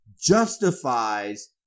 justifies